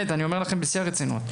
אני אומר לכם בשיא הרצינות.